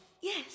yes